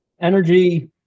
energy